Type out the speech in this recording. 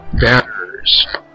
banners